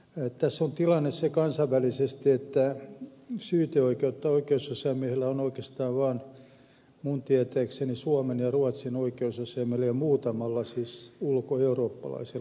tässä on tilanne kansainvälisesti se että oikeusasiamiehistä syyteoikeus on minun tietääkseni oikeastaan vaan suomen ja ruotsin oikeusasiamiehellä ja muutamalla ulkoeurooppalaisella oikeusasiamiehellä